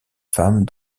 femmes